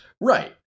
Right